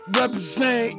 represent